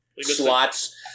Slots